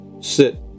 sit